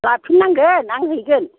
लाफिननांगोन आं हैगोन